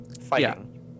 fighting